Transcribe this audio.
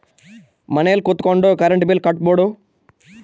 ಮನೆಲ್ ಕುತ್ಕೊಂಡ್ current bill ಕಟ್ಬೊಡು